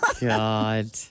God